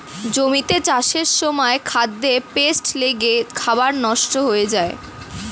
জমিতে চাষের সময় খাদ্যে পেস্ট লেগে খাবার নষ্ট হয়ে যায়